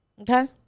Okay